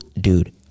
dude